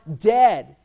dead